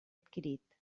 adquirit